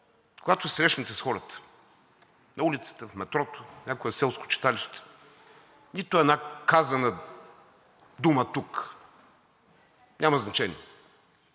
когато се срещнете с хората – на улицата, в метрото, в някое селско читалище, нито една казана дума тук няма значение.